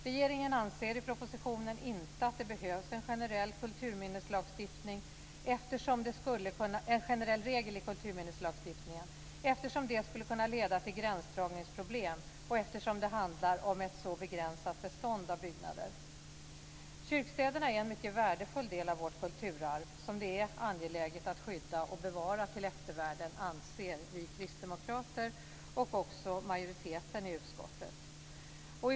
Regeringen anser i propositionen inte att det behövs en generell regel i kulturminneslagstiftningen, eftersom det skulle kunna leda till gränsdragningsproblem och eftersom det handlar om ett så begränsat bestånd av byggnader. Kyrkstäderna är en mycket värdefull del av vårt kulturarv, som vi kristdemokrater och även majoriteten i utskottet anser att det är angeläget att skydda och bevara till eftervärlden.